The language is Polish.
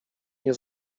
nie